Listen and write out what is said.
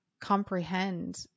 comprehend